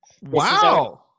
Wow